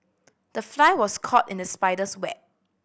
the fly was caught in the spider's web